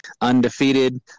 undefeated